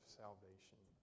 salvation